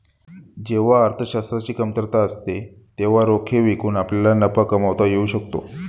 जेव्हा अर्थशास्त्राची कमतरता असते तेव्हा रोखे विकून आपल्याला नफा कमावता येऊ शकतो